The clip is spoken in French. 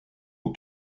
aux